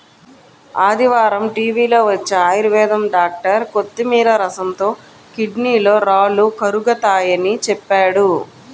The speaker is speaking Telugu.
ఆదివారం టీవీలో వచ్చే ఆయుర్వేదం డాక్టర్ కొత్తిమీర రసంతో కిడ్నీలో రాళ్లు కరుగతాయని చెప్పాడు